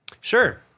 Sure